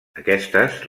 aquestes